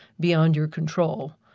beyond your control,